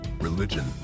religion